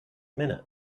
minute